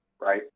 right